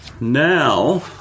Now